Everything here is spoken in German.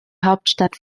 hauptstadt